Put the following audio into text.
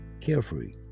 carefree